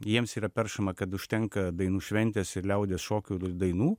jiems yra peršama kad užtenka dainų šventės liaudies šokių dainų